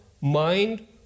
mind